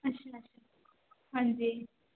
ਅੱਛਾ ਹਾਂਜੀ